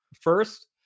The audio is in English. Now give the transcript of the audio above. First